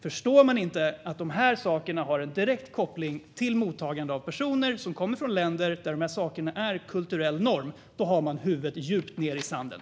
Om man inte förstår att de här sakerna har en direkt koppling till mottagande av personer som kommer från länder där det här är kulturell norm har man huvudet djupt ned i sanden.